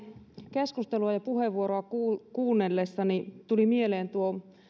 keskustelua ja puheenvuoroja kuunnellessani tuli mieleen tuo